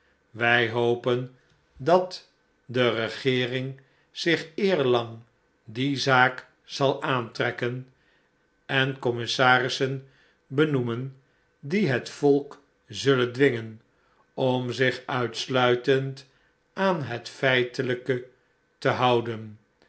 wij hopen dat de regeering zich eerlang die zaak zal aantrekken en commissarissen benoemen die het volk zullen dwingen om zich uitsluitend aan het feitelijke te houden